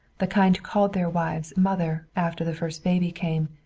the kind who called their wives mother after the first baby came,